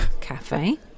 cafe